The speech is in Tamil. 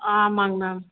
ஆமாங்க மேம்